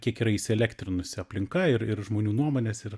kiek yra įsielektrinusi aplinka ir ir žmonių nuomonės ir